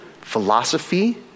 philosophy